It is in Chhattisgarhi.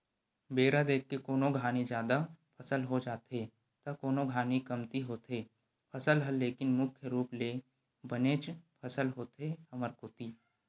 बेरा देख के कोनो घानी जादा फसल हो जाथे त कोनो घानी कमती होथे फसल ह लेकिन मुख्य रुप ले बनेच फसल होथे हमर कोती